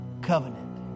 covenant